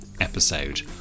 episode